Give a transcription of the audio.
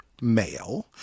male